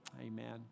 Amen